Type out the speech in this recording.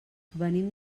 venim